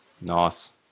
Nice